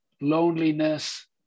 loneliness